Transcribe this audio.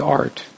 art